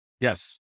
Yes